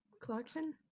Clarkson